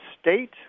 state